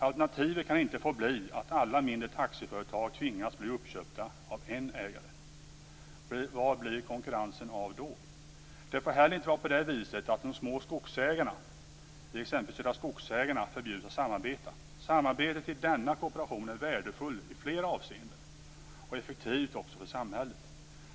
Alternativet kan inte få bli att alla mindre taxiföretag tvingas bli uppköpta av en ägare. Vad blir det av konkurrensen då? Det får heller inte vara på det viset att de små skogsägarna, t.ex. Södra Skogsägarna, förbjuds att samarbeta. Samarbetet i denna kooperation är värdefullt i flera avseenden, och det är också effektivt för samhället.